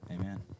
Amen